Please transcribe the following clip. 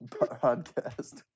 podcast